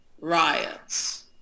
riots